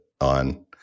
on